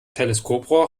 teleskoprohr